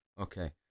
Okay